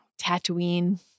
Tatooine